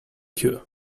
queue